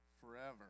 forever